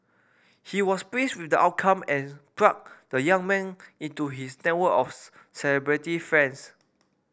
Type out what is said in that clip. he was pleased with the outcome and plugged the young man into his network of celebrity friends